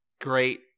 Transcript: great